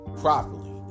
properly